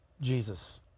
Jesus